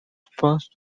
first